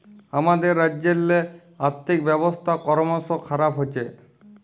আমাদের রাজ্যেল্লে আথ্থিক ব্যবস্থা করমশ খারাপ হছে